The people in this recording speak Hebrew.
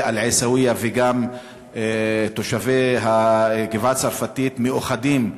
עיסאוויה וגם תושבי הגבעה-הצרפתית מאוחדים,